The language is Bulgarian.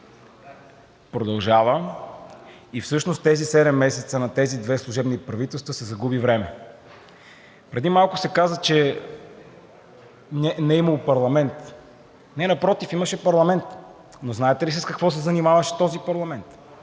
продължава и с тези седем месеца на тези две служебни правителства се загуби време. Преди малко се каза, че не е имало парламент. Не, напротив, имаше парламент! Но знаете ли с какво се занимаваше този парламент?